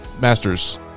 masters